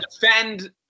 defend